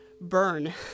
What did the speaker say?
burn